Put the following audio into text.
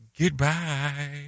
goodbye